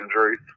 injuries